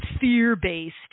fear-based